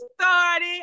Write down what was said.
started